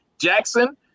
Jackson